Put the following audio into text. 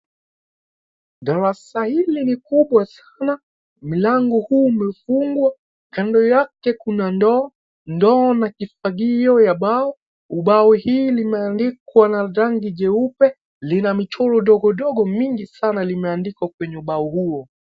Darasa hili ni kubwa sana. Mlango huu umefungwa, kando yake kuna ndoo. Ndoo na kifagio ya bao. Ubao hii limeandikwa na rangi jeupe. Lina michoro dogo dogo mingi Sana limeandikwa kwenye ubao huo.